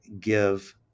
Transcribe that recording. give